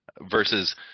versus